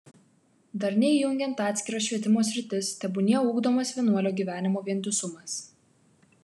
darniai jungiant atskiras švietimo sritis tebūnie ugdomas vienuolio gyvenimo vientisumas